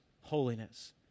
holiness